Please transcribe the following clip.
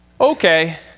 okay